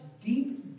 deep